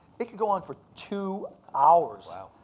it could go on for two hours. wow.